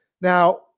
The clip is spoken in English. Now